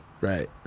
Right